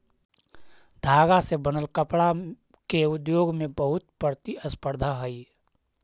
धागा से बनल कपडा के उद्योग में बहुत प्रतिस्पर्धा हई